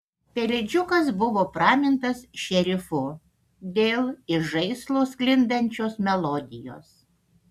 pelėdžiukas buvo pramintas šerifu dėl iš žaislo sklindančios melodijos